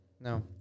No